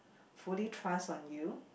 fully trust on you